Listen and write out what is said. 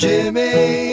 Jimmy